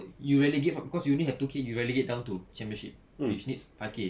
you relegate up cause you only have two K you relegate time tu championship which needs five K